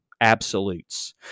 absolutes